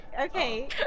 okay